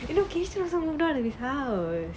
you know kayshen also moved out of his house